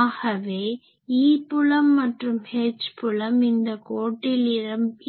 ஆகவே E புலம் மற்றும் H புலம் இந்த கோட்டில்